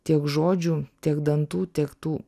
tiek žodžių tiek dantų tiek tų